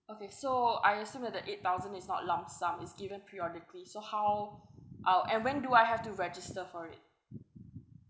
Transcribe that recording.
okay so I assume that the eight thousand is not a lump sum it's given periodically so how how and when do I have to register for it